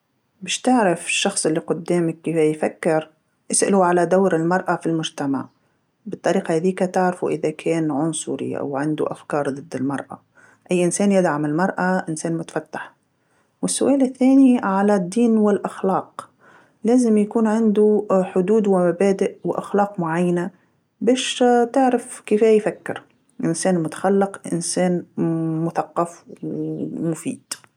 باش تعرف الشخص اللي قدامك كيفاه يفكر تسألو على دور المرأة في المجتمع، بالطريقه هاذيكا تعرفو إذا كان عنصري أو عندو أفكار ضد المرأة، أي إنسان يدعم المرأه إنسان متفتح، والسؤال التاني على الدين والأخلاق، لازم يكون عندو حدود ومبادئ وأخلاق معينه، باش تعرف كيفاه يفكر، إنسان متخلق إنسان ومثقف ومفيد.